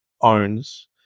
owns